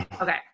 Okay